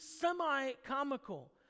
semi-comical